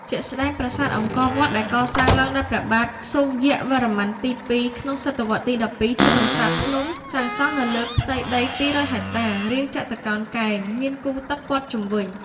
ជាក់ស្តែងប្រាសាទអង្គរវត្ត ដែលកសាងឡើងដោយព្រះបាទ សូរ្យវរ្ម័នទី ២ ក្នុងសតវត្សទី១២ ជាប្រាសាទភ្នំសាងសង់នៅលើផ្ទៃដី២០០ហិចតា រាងជាចតុកោណកែង មានគូទឹកព័ទ្ធជុំវិញ។